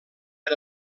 per